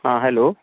हां हॅलो